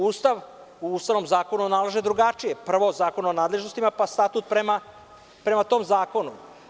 U ustavnom zakonu se nalaže drugačije – prvo, Zakon o nadležnostima pa onda Statut prema tom zakonu.